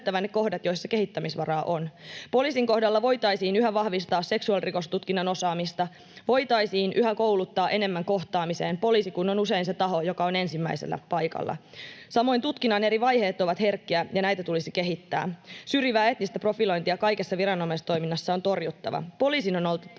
Poliisin kohdalla voitaisiin yhä vahvistaa seksuaalirikostutkinnan osaamista, voitaisiin yhä kouluttaa enemmän kohtaamiseen, poliisi kun on usein se taho, joka on ensimmäisenä paikalla. Samoin tutkinnan eri vaiheet ovat herkkiä, ja näitä tulisi kehittää. Syrjivää etnistä profilointia kaikessa viranomaistoiminnassa on torjuttava. Poliisin on oltava